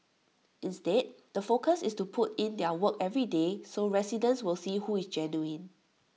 instead the focus is to put in their work every day so residents will see who is genuine